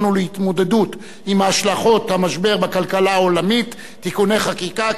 ולהתמודדות עם השלכות המשבר בכלכלה העולמית (תיקוני חקיקה),